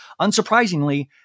Unsurprisingly